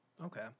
Okay